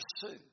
pursue